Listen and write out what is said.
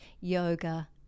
yoga